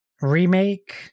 remake